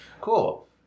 Cool